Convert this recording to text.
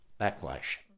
backlash